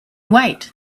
wait